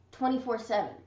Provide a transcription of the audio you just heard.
24-7